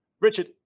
Richard